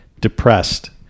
depressed